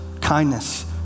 kindness